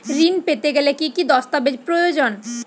ঋণ পেতে গেলে কি কি দস্তাবেজ প্রয়োজন?